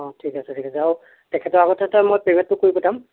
অঁ ঠিক আছে ঠিক আছে আৰু তেখেতৰ আগতে মই পে'মেণ্টটো কৰি পঠিয়াম